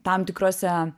tam tikrose